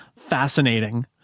Fascinating